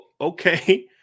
okay